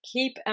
Keep